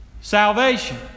salvation